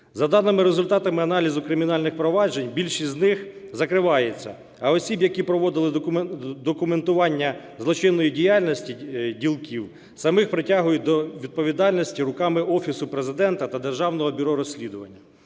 За даними результату аналізу кримінальних проваджень, більшість з них закривається, а осіб, які проводили документування злочинної діяльності ділків, самих притягують до відповідальності руками Офісу Президента та Державного бюро розслідувань.